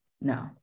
no